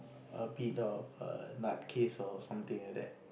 a bit of a nut case or something like that